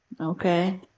okay